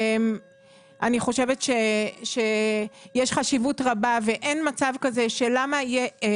אני חושבת שיש חשיבות רבה ואין מצב כזה שהורה